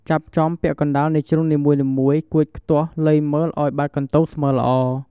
ចាប់ចំពាក់កណ្ដាលនៃជ្រុងនីមួយៗ កួច ខ្ទាស់ លៃមើលឲ្យបាតកន្ទោងស្មើល្អ។